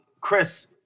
Chris